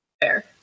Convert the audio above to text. Fair